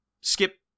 skip